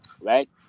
right